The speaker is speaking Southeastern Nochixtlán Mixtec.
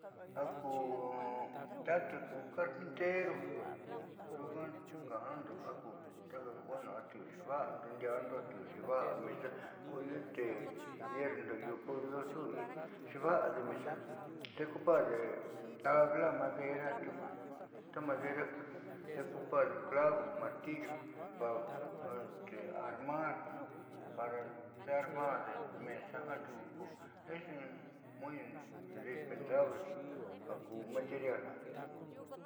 Ja ku ta te carpintero xuukaa ka'ando ja ku axeeva'ando ndia'ando atiu xeva'a mesa ko io ku ñerrundo io curioso xeva'ade mesa xeocuparde tabla, madera tiuku ta madera xeocuparde clavo, martillo para armar para xearmarde mesa ja tiuku es muy indispensable ja ku material jiaa.